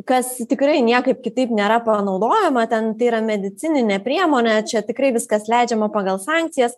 kas tikrai niekaip kitaip nėra panaudojama ten tai yra medicininė priemonė čia tikrai viskas leidžiama pagal sankcijas